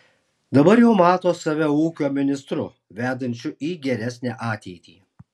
dabar jau mato save ūkio ministru vedančiu į geresnę ateitį